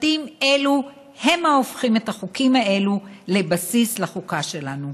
משפטים אלו הם ההופכים את החוקים האלה לבסיס לחוקה שלנו.